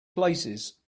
places